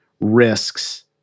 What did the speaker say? risks